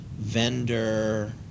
vendor